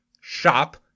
shop